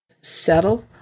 Settle